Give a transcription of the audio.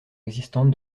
existante